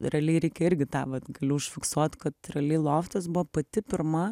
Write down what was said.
realiai reikia irgi tą vat gali užfiksuot kad realiai loftas buvo pati pirma